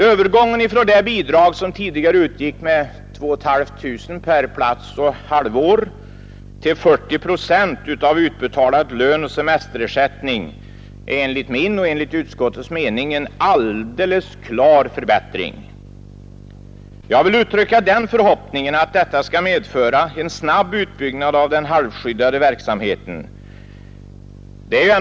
Övergången från det bidrag som tidigare utgick med 2 500 kronor per plats och halvår till ett bidrag med 40 procent av utbetald lön och semesterersättning är enligt min och hela utskottets mening en alldeles klar förbättring. Jag vill uttrycka förhoppningen att detta skall medföra en snabb utbyggnad av den halvskyddade verksamheten.